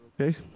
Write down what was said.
Okay